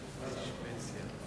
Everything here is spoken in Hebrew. נמנעים, אין